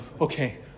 okay